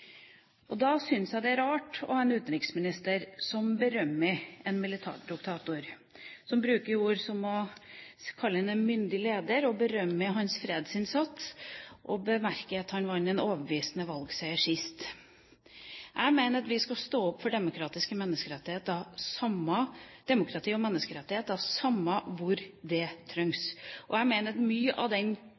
overalt. Da synes jeg det er rart å ha en utenriksminister som berømmer en militærdiktator, som kaller ham en myndig leder, berømmer hans fredsinnsats og bemerker at han vant en overbevisende valgseier sist. Jeg mener at vi skal stå opp for demokratiske menneskerettigheter – det samme demokratiet og de samme menneskerettighetene, samme hvor det trengs. Jeg mener at mye av den